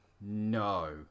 No